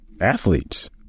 athletes